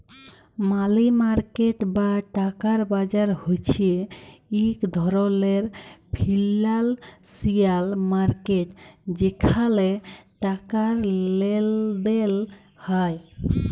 মালি market বা টাকার বাজার হছে ইক ধরলের ফিল্যালসিয়াল মার্কেট যেখালে টাকার লেলদেল হ্যয়